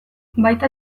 baita